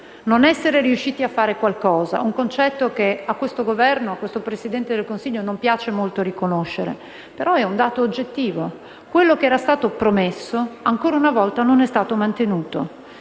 non essere riusciti a fare qualcosa, un concetto che a questo Governo e a questo Presidente del Consiglio non piace molto riconoscere. Si tratta, tuttavia, di un dato oggettivo: quello che era stato promesso ancora una volta non è stato mantenuto